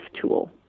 tool